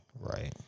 right